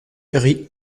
riz